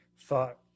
thought